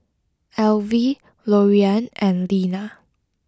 Alvy Loriann and Lena